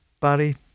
Barry